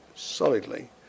solidly